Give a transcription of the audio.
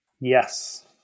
Yes